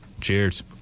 Cheers